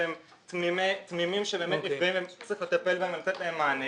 שהם תמימים שבאמת נפגעים וצריך לטפל בהם ולתת להם מענה,